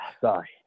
sorry